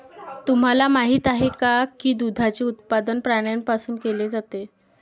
तुम्हाला माहित आहे का की दुधाचे उत्पादन प्राण्यांपासून केले जाते?